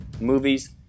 movies